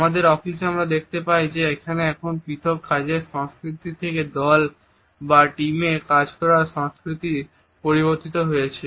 আমাদের অফিসে আমরা দেখতে পাই যে এখন পৃথক কাজের সংস্কৃতি থেকে দল বা টিমে কাজ করার সংস্কৃতিতে পরিবর্তিত হয়েছে